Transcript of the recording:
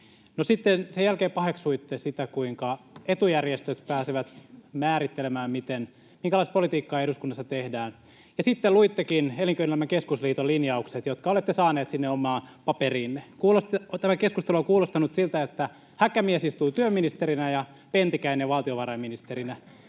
sen jälkeen paheksuitte sitä, kuinka etujärjestöt pääsevät määrittelemään, minkälaista politiikkaa eduskunnassa tehdään, ja sitten luittekin Elinkeinoelämän keskusliiton linjaukset, jotka olette saanut sinne omaan paperiinne. Tämä keskustelu on kuulostanut siltä, että Häkämies istuu työministerinä ja Pentikäinen valtiovarainministerinä.